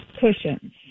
cushions